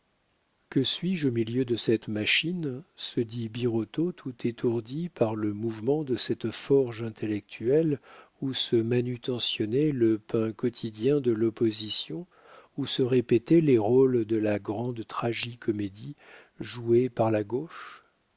que suis-je au milieu de cette machine se dit birotteau tout étourdi par le mouvement de cette forge intellectuelle où se manutentionnait le pain quotidien de l'opposition où se répétaient les rôles de la grande tragi comédie jouée par la gauche